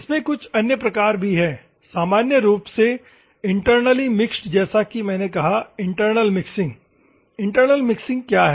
इसमें कुछ अन्य प्रकार भी हैं सामान्य रूप से इंटरनली मिक्स्ड जैसा कि मैंने कहा इंटरनल मिक्सिंग इंटरनल मिक्सिंग क्या है